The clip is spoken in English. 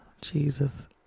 Jesus